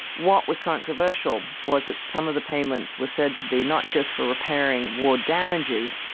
what was controversial was that some of the payments were said to be not just for repairing war damages,